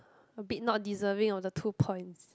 a bit not deserving of the two points